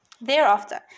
Thereafter